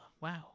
Wow